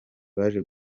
baje